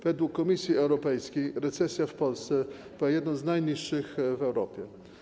Według Komisji Europejskiej recesja w Polsce była jedną z najniższych w Europie.